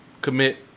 commit